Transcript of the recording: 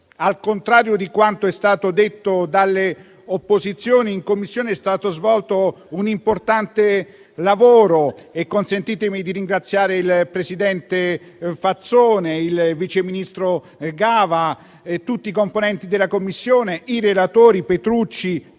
Al contrario di quanto è stato detto dalle opposizioni in Commissione, è stato svolto un importante lavoro e consentitemi di ringraziare il presidente Fazzone, il vice ministro Gava, tutti i componenti della Commissione, i relatori Petrucci,